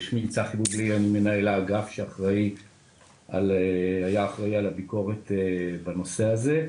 אני מנהל האגף שהיה אחראי על הביקורת בנושא הזה.